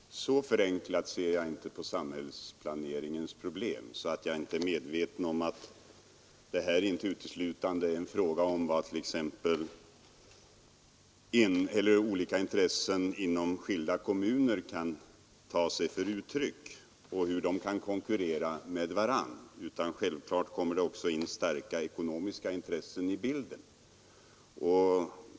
Herr talman! Så förenklat ser jag inte på samhällsplaneringens problem att jag inte är medveten om att det här inte uteslutande är en fråga om vad olika intressen inom skilda kommuner kan ta sig för uttryck och hur de kan konkurrera med varandra. Självfallet kommer det också in starka ekonomiska intressen i bilden.